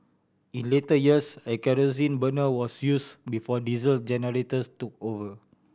in later years a kerosene burner was use before diesel generators took over